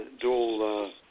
dual